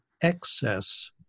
excess